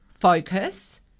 focus